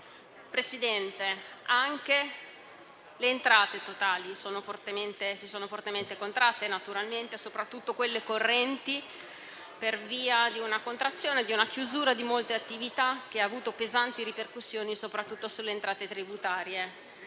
Presidente, anche le entrate totali si sono fortemente contratte, naturalmente soprattutto quelle correnti, per via della contrazione e della chiusura di molte attività, che hanno avuto pesanti ripercussioni soprattutto sulle entrate tributarie,